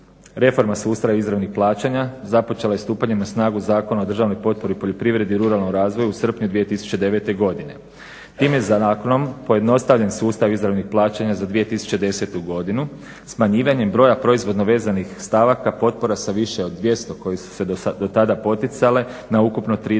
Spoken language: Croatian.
Reforma sustava izravnih plaćanja započela je stupanjem na snagu Zakona o državnoj potpori poljoprivredi i ruralnom razvoju u srpnju 2009. godine. Tim je zakonom pojednostavljen sustav izravnih plaćanja za 2010. godinu smanjivanjem broja proizvodno vezanih stavaka potpora sa više od 200 koji su se dotada poticale na ukupno 37